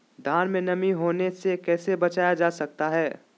धान में नमी होने से कैसे बचाया जा सकता है?